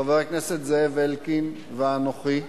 חבר הכנסת זאב אלקין ואנוכי,